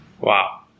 Wow